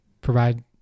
provide